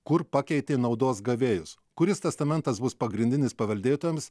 kur pakeitė naudos gavėjas kuris testamentas bus pagrindinis paveldėtojams